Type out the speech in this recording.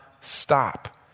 stop